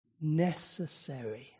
necessary